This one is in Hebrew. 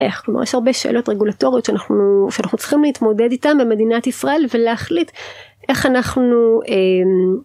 איך לא, יש הרבה שאלות רגולטוריות שאנחנו צריכים להתמודד איתן במדינת ישראל ולהחליט איך אנחנו